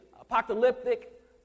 apocalyptic